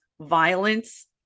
violence